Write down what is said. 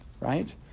Right